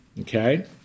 Okay